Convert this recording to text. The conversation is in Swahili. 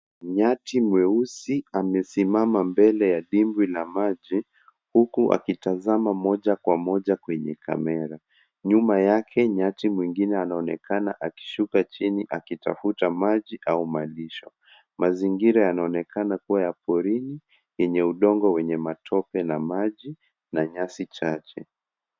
Nyati mweusi amesimama mbele ya dimbwi la maji huku akitazama moja kwa moja kwenye kamera. Nyuma yake nyati mwingine anaonekana akishuka chini akitafuta maji au malisho. Mazingira yanaonekana kuwa ya porini yenye udongo wenye matope na maji na nyasi chache.